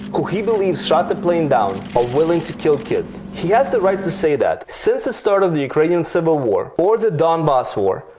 who he believes shot the plane down, are willing to kill kids. he has a right to say that, since the start of the ukrainian civil war, or the donbass war,